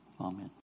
Amen